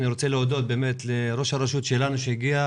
אני רוצה להודות לראש הרשות שלנו שהגיע,